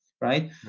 right